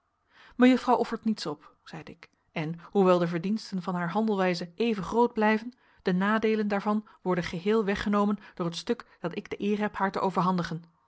mejuffrouw offert niets op zeide ik en hoewel de verdiensten van haar handelwijze even groot blijven de nadeelen daarvan worden geheel weggenomen door het stuk dat ik de eer heb haar te overhandigen